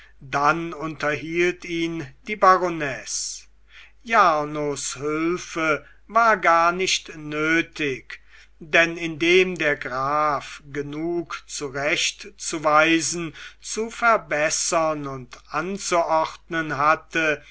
dann unterhielt ihn die baronesse jarnos hülfe war gar nicht nötig denn indem der graf genug zurechtzuweisen zu verbessern und anzuordnen hatte